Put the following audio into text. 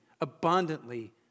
abundantly